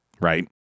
right